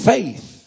Faith